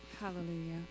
Hallelujah